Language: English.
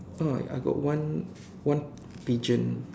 ah I got one one pigeon